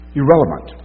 irrelevant